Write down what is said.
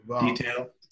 detail